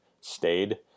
stayed